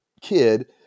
kid